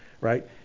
right